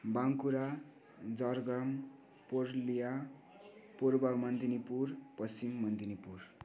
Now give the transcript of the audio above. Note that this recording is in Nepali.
बाँकुरा झारग्राम पुरुलिया पूर्व मेदिनीपुर पश्चिम मेदिनीपुर